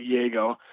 Diego